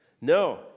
No